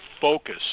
focus